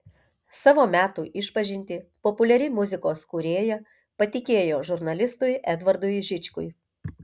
savo metų išpažintį populiari muzikos kūrėja patikėjo žurnalistui edvardui žičkui